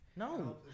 No